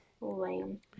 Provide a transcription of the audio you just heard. Lame